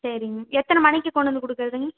சரிங்க எத்தனை மணிக்கு கொண்டு வந்து கொடுக்கறதுங்க